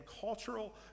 cultural